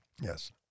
Yes